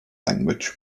language